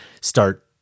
start